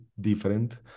different